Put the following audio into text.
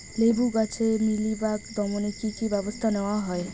লেবু গাছে মিলিবাগ দমনে কী কী ব্যবস্থা নেওয়া হয়?